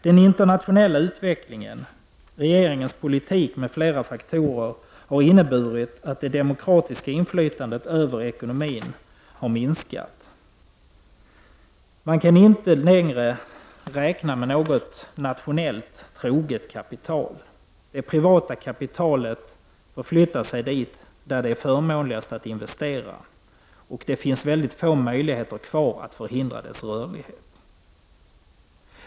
Den internationella utvecklingen, regeringens politik m.fl. faktorer har inneburit att det demokratiska inflytandet över ekonomin har minskat. Och man kan inte längre räkna med något nationellt troget kapital. Det privata kapitalet flyttas dit där det är förmånligast att investera, och det finns väldigt få möjligheter kvar att förhindra dess rörlighet.